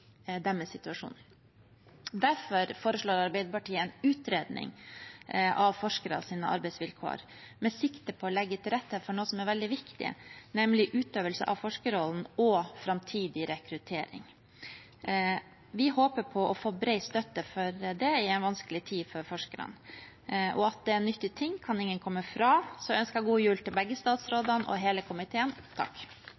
Derfor foreslår Arbeiderpartiet en utredning av forskeres arbeidsvilkår med sikte på å legge til rette for noe som er veldig viktig, nemlig utøvelse av forskerrollen og framtidig rekruttering. Vi håper på å få bred støtte for det i en vanskelig tid for forskerne. «Og at det er en nyttig ting, kan ingen komme fra.» Jeg ønsker god jul til begge